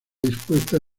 dispuesta